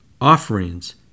offerings